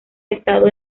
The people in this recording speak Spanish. estado